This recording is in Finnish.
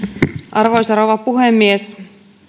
arvoisa rouva puhemies